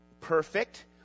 Perfect